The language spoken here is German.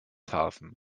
hafen